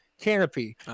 canopy